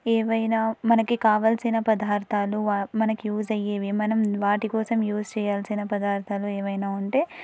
ఏవైనా మనకి కావాల్సిన పదార్థాలు మనకి యూజ్ అయ్యేవి మనం వాటికోసం యూజ్ చేయాల్సిన పదార్థాలు ఏవైనా ఉంటే